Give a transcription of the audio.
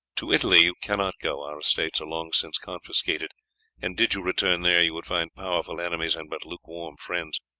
to italy you cannot go, our estates are long since confiscated and did you return there you would find powerful enemies and but lukewarm friends.